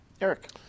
Eric